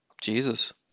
Jesus